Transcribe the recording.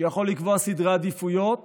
שיכול לקבוע סדרי עדיפויות